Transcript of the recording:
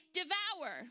devour